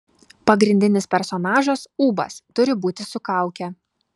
pagrindinis personažas ūbas turi būti su kauke